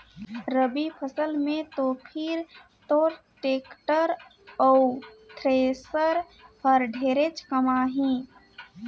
रवि फसल मे तो फिर तोर टेक्टर अउ थेरेसर हर ढेरेच कमाही